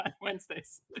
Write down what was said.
Wednesdays